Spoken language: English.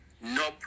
No